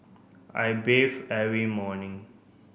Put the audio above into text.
I bathe every morning